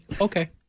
Okay